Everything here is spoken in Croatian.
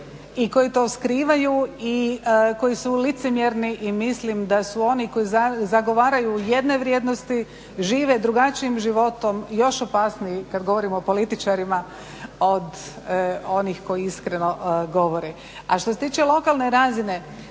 i koji to skrivaju i koji su licemjerni i mislim da su oni koji zagovaraju jedne vrijednosti žive drugačijim životom još opasniji kad govorimo o političarima od onih koji iskreno govore. A što se tiče lokalne razine.